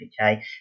okay